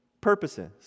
purposes